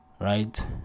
right